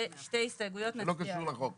זה לא קשור לחוק.